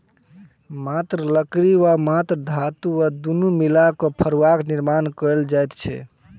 मात्र लकड़ी वा मात्र धातु वा दुनू मिला क फड़ुआक निर्माण कयल जाइत छै